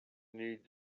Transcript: need